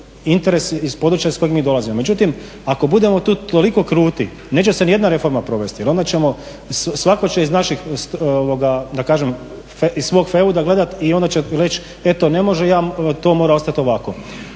interese iz područja iz kojeg mi dolazimo. Međutim, ako budemo tu toliko kruti neće se nijedna reforma provesti jer onda ćemo, svatko će da kažem iz svog feuda gledati i onda će reći e to ne može, to mora ostati ovako.